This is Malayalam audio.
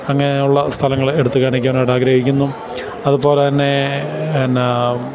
അങ്ങനെയുള്ള സ്ഥലങ്ങള് എടുത്തുകാണിക്കാനായിട്ട് ആഗ്രഹിക്കുന്നു അതുപോലെത്തന്നെ എന്താണ്